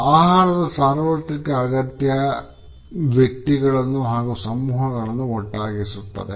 ಆಹಾರದ ಸಾರ್ವತ್ರಿಕ ಅಗತ್ಯ ವ್ಯಕ್ತಿಗಳನ್ನು ಹಾಗೂ ಸಮೂಹಗಳನ್ನು ಒಟ್ಟಾಗಿಸುತ್ತದೆ